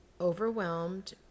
overwhelmed